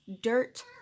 dirt